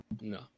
No